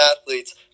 athletes